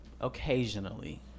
occasionally